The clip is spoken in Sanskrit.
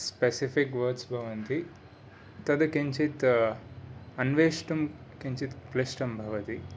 स्पेसेफिक् वर्ड्स् भवन्ति तत् किञ्जित् अन्वेष्टुं किञ्चित् क्लिष्टं भवति